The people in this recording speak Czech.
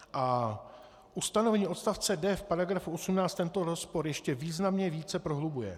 A ustanovení odstavce d) v § 18 tento rozpor ještě významně více prohlubuje.